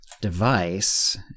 device